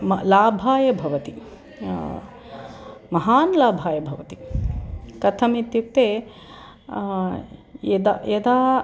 म लाभाय भवति महान् लाभाय भवति कथम् इत्युक्ते यदा यदा